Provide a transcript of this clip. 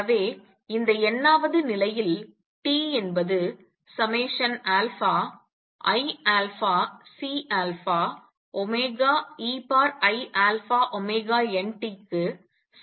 எனவே இந்த n வது நிலையில் t என்பது iαCeiαωnt க்கு சமமாக இருக்கும்